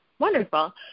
wonderful